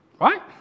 right